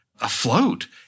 afloat